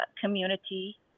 community